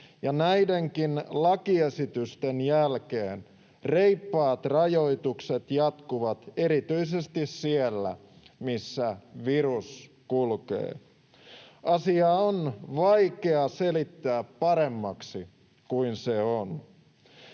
näidenkin lakiesitysten jälkeen reippaat rajoitukset jatkuvat erityisesti siellä, missä virus kulkee. Asiaa on vaikea selittää paremmaksi kuin se on.